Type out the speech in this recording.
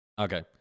Okay